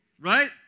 Right